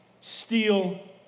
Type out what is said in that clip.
steal